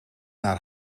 naar